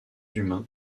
humains